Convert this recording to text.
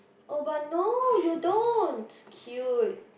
oh but no you don't it's cute